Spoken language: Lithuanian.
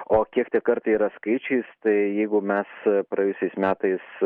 o kiek tie kartai yra skaičiais tai jeigu mes praėjusiais metais